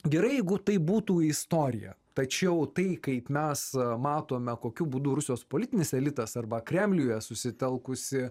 gerai jeigu tai būtų istorija tačiau tai kaip mes matome kokiu būdu rusijos politinis elitas arba kremliuje susitelkusi